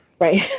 Right